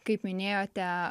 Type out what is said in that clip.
kaip minėjote